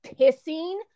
pissing